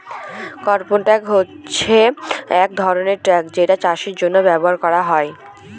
farm truck হচ্ছে এক ধরনের ট্র্যাক যেটা চাষের জন্য ব্যবহার করা হয়